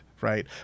right